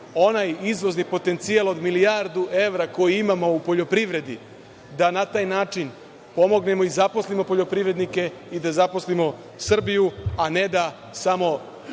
onaj izvozni potencijal od milijardu evra koji imamo u poljoprivredi. Na taj način da pomognemo i zaposlimo poljoprivrednike i da zaposlimo Srbiju, ne samo